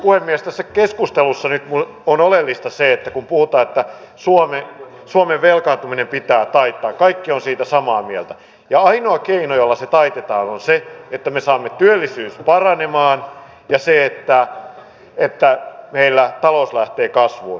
tässä keskustelussa nyt on oleellista se että kun puhutaan että suomen velkaantuminen pitää taittaa kaikki ovat siitä samaa mieltä ja ainoa keino jolla se taitetaan on se että me saamme työllisyyden paranemaan ja että meillä talous lähtee kasvuun